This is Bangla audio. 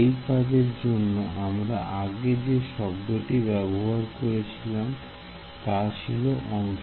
এই কাজের জন্য আমরা আগে যে শব্দটি ব্যবহার করেছিলাম তা ছিল অংশ